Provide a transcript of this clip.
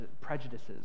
prejudices